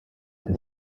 saa